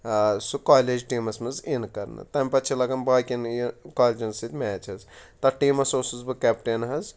سُہ کالیج ٹیٖمَس منٛز اِن کَرنہٕ تَمہِ پَتہٕ چھِ لَگان باقِیَن یہِ کالجَن سۭتۍ میچ حظ تَتھ ٹیٖمَس اوسُس بہٕ کٮ۪پٹَن حظ